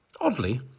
Oddly